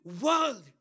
world